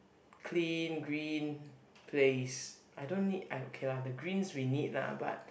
clean green place I don't need I okay lah the greens we need lah but